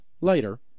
later